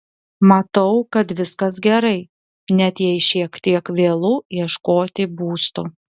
matau kad viskas gerai net jei šiek tiek vėlu ieškoti būsto